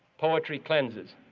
poetry cleanses